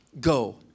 Go